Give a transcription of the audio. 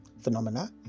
phenomena